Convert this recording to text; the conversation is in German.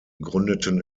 gründeten